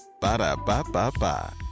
Ba-da-ba-ba-ba